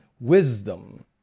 wisdom